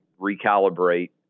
recalibrate